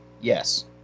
yes